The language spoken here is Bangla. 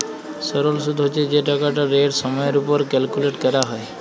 সরল সুদ্ হছে যে টাকাটর রেট সময়ের উপর ক্যালকুলেট ক্যরা হ্যয়